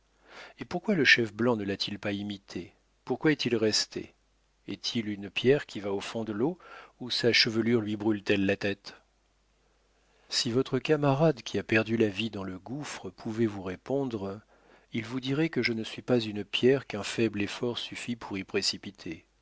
et pourquoi le chef blanc ne l'a-t-il pas imité pourquoi est-il resté est-il une pierre qui va au fond de l'eau ou sa chevelure lui brûle t elle la tête si votre camarade qui a perdu la vie dans le gouffre pouvait vous répondre il vous dirait que je ne suis pas une pierre qu'un faible effort suffit pour y précipiter